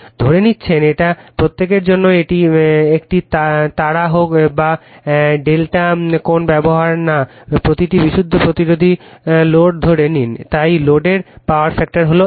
ধরে নিচ্ছেন এটা প্রত্যেকের জন্য একটি তারা হোক বা Δ কোন ব্যাপার না একটি বিশুদ্ধ প্রতিরোধী লোড ধরে নিন তাই লোডের পাওয়ার ফ্যাক্টর হল এক